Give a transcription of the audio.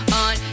on